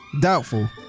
doubtful